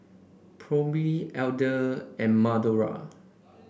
Phoebe Adell and Madora